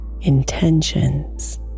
intentions